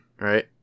right